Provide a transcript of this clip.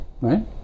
right